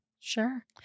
Sure